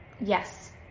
yes